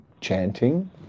chanting